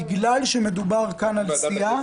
בגלל שמדובר כאן על סיעה -- אם ועדת